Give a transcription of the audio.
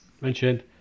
mentioned